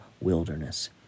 wilderness